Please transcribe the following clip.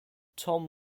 tom